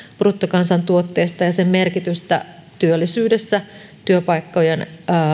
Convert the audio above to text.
bruttokansantuotteesta ja sen merkitystä työllisyydessä työpaikkojen